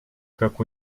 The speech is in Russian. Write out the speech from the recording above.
как